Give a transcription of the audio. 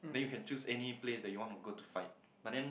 then you can choose any place that you wanna go to fight but then